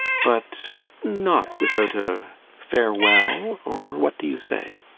but not without a farewell or what do you say?